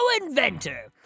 inventor